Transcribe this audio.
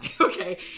Okay